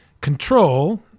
Control